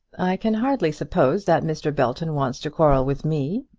i can hardly suppose that mr. belton wants to quarrel with me,